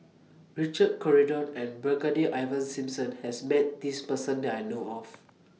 Richard Corridon and Brigadier Ivan Simson has Met This Person that I know of